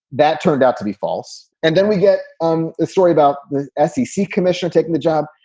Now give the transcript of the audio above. that turned out to be false. and then we get um a story about the s e c. commissioner taking the job.